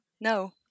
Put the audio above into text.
no